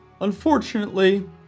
unfortunately